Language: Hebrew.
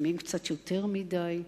לפעמים קצת יותר מדי,